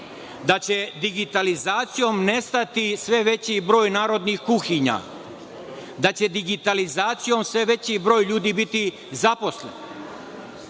da će digitalizacijom nestati sve veći broj narodnih kuhinja, da će digitalizacijom sve veći broj ljudi biti zaposlen,